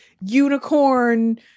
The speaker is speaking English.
unicorn